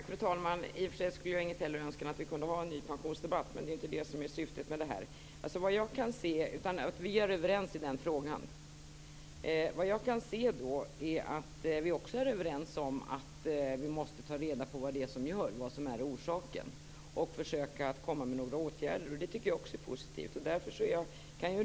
Fru talman! I och för sig önskar jag inget högre än att vi skulle kunna ha en ny pensionsdebatt, men det är inte det som är syftet med det här. Vi är överens i den frågan. Såvitt jag kan se är vi också överens om att vi måste ta reda på vad som är orsaken och försöka att komma med åtgärder. Det tycker jag också är positivt.